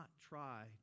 try